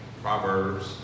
Proverbs